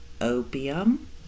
opium